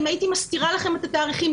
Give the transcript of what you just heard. אם הייתי מסתירה לכם את התאריכים,